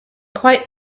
quite